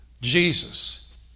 Jesus